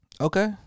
Okay